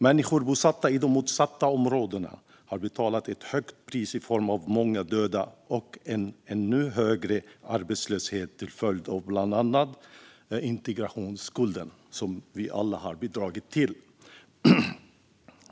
Människor bosatta i de utsatta områdena har betalat ett högt pris i form av många döda och en ännu högre arbetslöshet till följd av bland annat integrationsskulden, som vi alla har bidragit till.